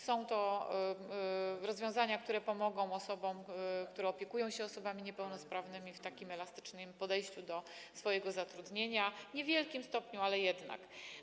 Są to rozwiązania, które pomogą osobom, które opiekują się osobami niepełnosprawnymi, w takim elastycznym podejściu do swojego zatrudnienia, w niewielkim stopniu, ale jednak.